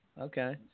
Okay